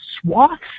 swaths